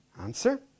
Answer